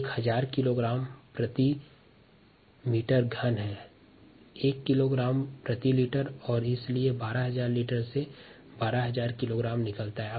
इसलिए 1 किलोग्राम प्रति लीटर गुणा 12000 लीटर से 12000 किलोग्राम निकलता है